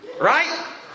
Right